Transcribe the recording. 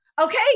Okay